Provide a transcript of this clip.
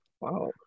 Wow